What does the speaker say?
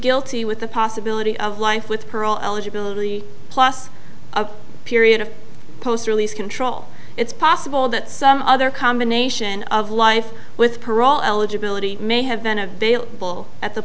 guilty with the possibility of life with her all eligibility plus a period of post release control it's possible that some other combination of life with parole eligibility may have been a veil at the